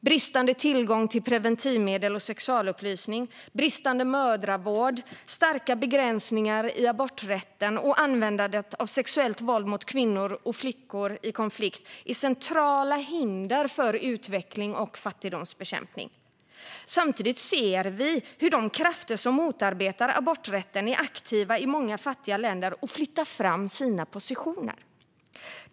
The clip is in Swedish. Bristande tillgång till preventivmedel och sexualupplysning, bristande mödravård, starka begränsningar i aborträtten och användandet av sexuellt våld mot kvinnor och flickor i konflikt är centrala hinder för utveckling och fattigdomsbekämpning. Samtidigt ser vi hur de krafter som motabetar aborträtten är aktiva i många fattiga länder och flyttar fram sina positioner.